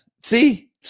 see